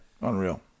Unreal